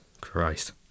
Christ